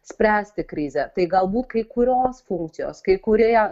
spręsti krizę tai galbūt kai kurios funkcijos kai kurie